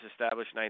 established